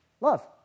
love